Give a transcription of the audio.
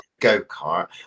go-kart